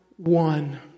One